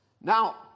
Now